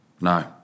No